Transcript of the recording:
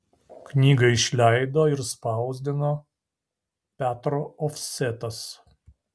knygą išleido ir spausdino petro ofsetas